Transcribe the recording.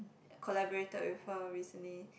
collaborated with her recently